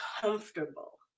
comfortable